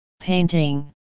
painting